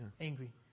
angry